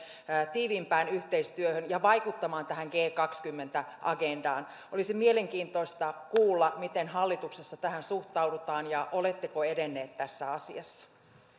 tiiviimpään yhteistyöhön ja vaikuttamaan tähän g kaksikymmentä agendaan olisi mielenkiintoista kuulla miten hallituksessa tähän suhtaudutaan ja oletteko edenneet tässä asiassa